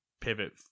pivot